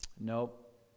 Nope